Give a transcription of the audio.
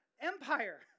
empire